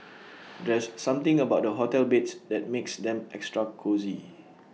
there's something about the hotel beds that makes them extra cosy